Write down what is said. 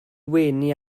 wenu